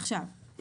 עכשיו,